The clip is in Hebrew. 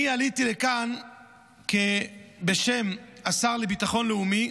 אני עליתי לכאן בשם השר לביטחון לאומי.